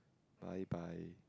bye bye